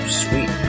sweet